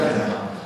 לא,